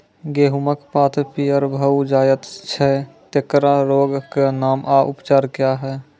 गेहूँमक पात पीअर भअ जायत छै, तेकरा रोगऽक नाम आ उपचार क्या है?